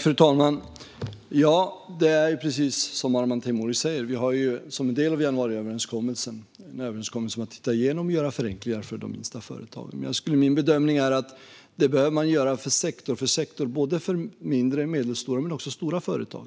Fru talman! Det är precis som Arman Teimouri säger: Vi har, som en del av januariöverenskommelsen, en överenskommelse om att titta igenom reglerna och göra förenklingar för de minsta företagen. Min bedömning är att man behöver göra det sektor för sektor - för mindre, medelstora och stora företag.